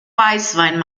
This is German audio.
weißwein